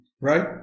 right